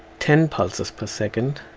ten pulses per second